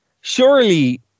surely